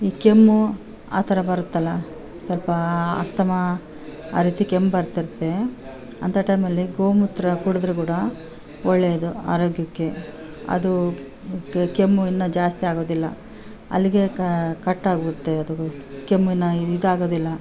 ಈ ಕೆಮ್ಮು ಆ ಥರ ಬರುತ್ತೆಲ್ಲ ಸ್ವಲ್ಪ ಅಸ್ತಮಾ ಆ ರೀತಿ ಕೆಮ್ಮು ಬರ್ತೈತೆ ಅಂಥ ಟೈಮಲ್ಲಿ ಗೋ ಮೂತ್ರ ಕುಡಿದ್ರು ಕೂಡ ಒಳ್ಳೆಯದು ಆರೋಗ್ಯಕ್ಕೆ ಅದೂ ಕೆಮ್ಮು ಇನ್ನು ಜಾಸ್ತಿಯಾಗೋದಿಲ್ಲ ಅಲ್ಲದೆ ಕಟ್ಟಾಗುತ್ತೆ ಅದು ಕೆಮ್ಮಿನ ಇದಾಗೋದಿಲ್ಲ